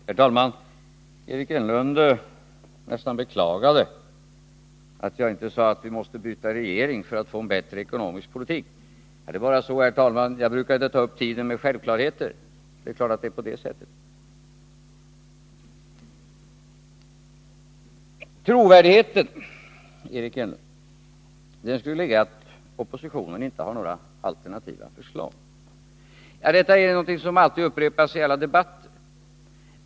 Herr talman! Eric Enlund nästan beklagade att jag inte sade att vi måste byta regering för att få en bättre ekonomisk politik. Det är bara så, herr talman, att jag inte brukar ta upp tiden med självklarheter: det är klart att vi bör byta regering. Trovärdigheten, Eric Enlund, skulle alltså vara beroende av om oppositionen har alternativa förslag. Detta är någonting som upprepas i alla debatter.